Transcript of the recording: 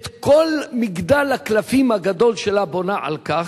את כל מגדל הקלפים הגדול שלה בונה על כך,